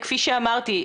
וכפי שאמרתי,